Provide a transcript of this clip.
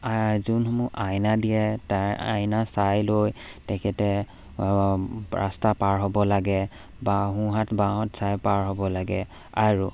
যোনসমূহ আইনা দিয়ে তাৰ আইনা চাই লৈ তেখেতে ৰাস্তা পাৰ হ'ব লাগে বা সোঁহাত বাঁওহাত চাই পাৰ হ'ব লাগে আৰু